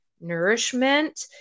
nourishment